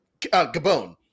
Gabon